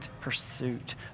pursuit